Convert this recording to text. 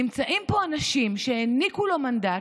נמצאים פה אנשים שהעניקו לו מנדט,